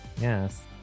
Yes